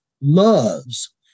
loves